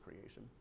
creation